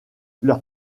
leur